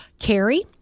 Carrie